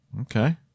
okay